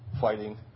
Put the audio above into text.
fighting